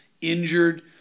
injured